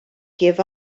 give